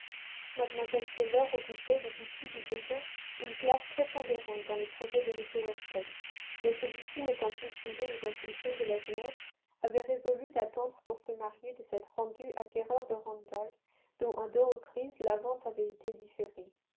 mlle taylor occupait depuis plus de deux ans une place prépondérante dans les projets de m weston mais celui-ci n'étant plus sujet aux impulsions de la jeunesse avait résolu d'attendre pour se marier de s'être rendu acquéreur de randalls dont à deux reprises la vente avait été différée